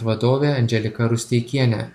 vadovė andželika rusteikienė